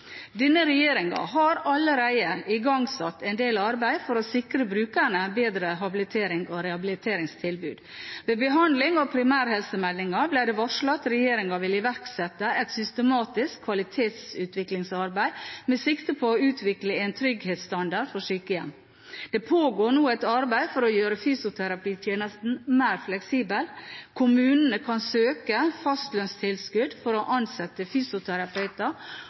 Denne regjeringen har allerede igangsatt en del arbeid for å sikre brukerne bedre habiliterings- og rehabiliteringstilbud. Ved behandlingen av primærhelsemeldingen ble det varslet at regjeringen vil iverksette et systematisk kvalitetsutviklingsarbeid med sikte på å utvikle en trygghetsstandard for sykehjem. Det pågår nå et arbeid for å gjøre fysioterapitjenesten mer fleksibel. Kommunene kan søke fastlønnstilskudd for å ansette fysioterapeuter,